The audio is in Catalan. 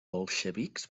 bolxevics